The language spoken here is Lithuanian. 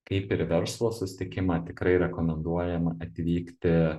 kaip ir į verslo susitikimą tikrai rekomenduojama atvykti